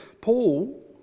Paul